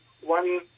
one